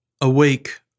Awake